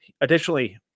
additionally